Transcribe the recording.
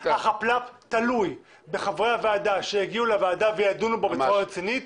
החפל"פ תלוי בחברי הוועדה שיגיעו לוועדה וידונו בחוק בצורה רצינית.